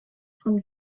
von